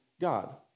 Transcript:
God